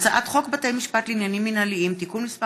הצעת חוק בתי משפט לעניינים מינהליים (תיקון מס'